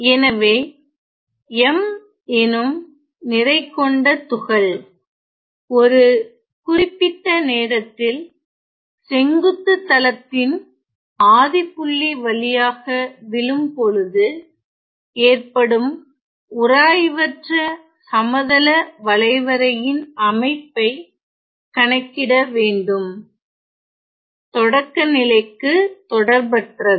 எனவே m எனும் நிறை கொண்ட துகள்ஒரு குறிப்பிட்ட நேரத்தில் செங்குத்து தளத்தின் ஆதிப்புள்ளி வழியாக விழும் பொழுது ஏற்படும் உராய்வற்ற சமதள வளைவரையின் அமைப்பை கணக்கிட வேண்டும் தொடக்கநிலைக்கு தொடர்பற்றது